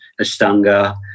Ashtanga